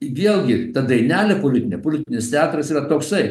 vėlgi ta dainelė ne politinis teatras yra toksai